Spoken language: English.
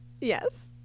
Yes